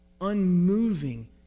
unmoving